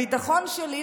הביטחון שלי,